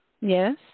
yes